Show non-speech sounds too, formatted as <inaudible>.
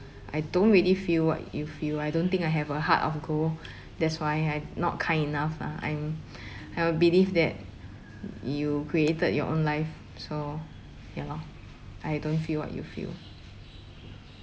I don't really feel what you feel I don't think I have a heart of gold that's why I not kind enough lah I'm <breath> I will believe that <noise> you created your own life so ya lor I don't feel what you feel